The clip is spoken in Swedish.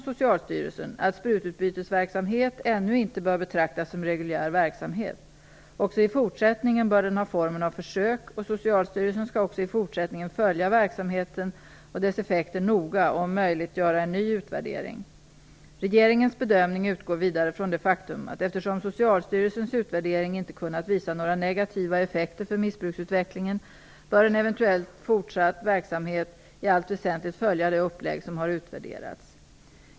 Socialstyrelsen, att sprututbytesverksamhet ännu inte bör betraktas som reguljär verksamhet. Också i fortsättningen bör den ha formen av försök och Socialstyrelsen skall också i fortsättningen följa verksamheten och dess effekter noga och om möjligt göra en ny utvärdering. Regeringens bedömning utgår vidare från det faktum att eftersom Socialstyrelsens utvärdering inte kunnat visa några negativa effekter för missbruksutvecklingen bör en eventuell fortsatt verksamhet i allt väsentligt följa det upplägg som har utvärderats.